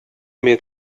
mir